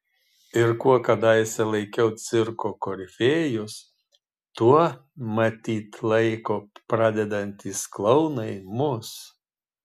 ir kuo kadaise laikiau cirko korifėjus tuo matyt laiko pradedantys klounai mus